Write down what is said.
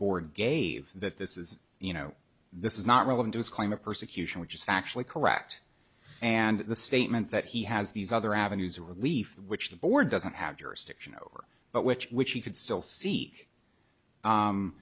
board gave that this is you know this is not relevant to this claim of persecution which is factually correct and the statement that he has these other avenues of relief which the board doesn't have jurisdiction over but which which he could still see